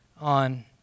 on